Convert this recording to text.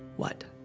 what?